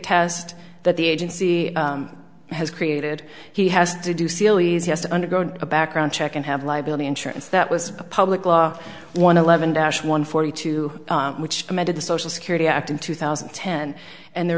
test that the agency has created he has to do seely's he has to undergo a background check and have liability insurance that was a public law one eleven dash one forty two which amended the social security act in two thousand and ten and the